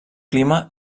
clima